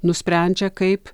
nusprendžia kaip